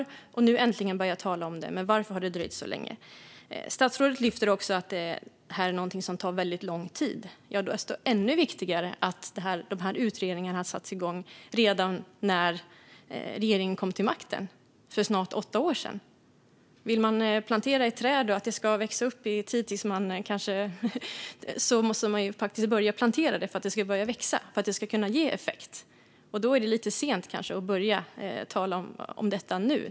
Nu börjar man äntligen tala om det. Men varför har det dröjt så länge? Statsrådet lyfter fram att det här är någonting som tar väldigt lång tid. Ja, och därför hade det varit ännu viktigare att de här utredningarna satts igång redan när regeringen kom till makten för snart åtta år sedan. Vill man att ett träd ska växa upp i tid måste man börja med att plantera det, så att det kan börja växa. Det är det som kan ge effekt. Det är alltså kanske lite sent att börja tala om detta nu.